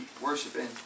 worshiping